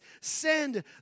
Send